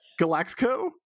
galaxco